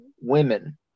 women